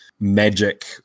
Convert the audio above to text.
magic